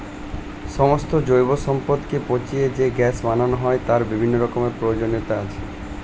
সমস্ত জৈব সম্পদকে পচিয়ে যে গ্যাস বানানো হয় তার বিভিন্ন রকমের প্রয়োজনীয়তা আছে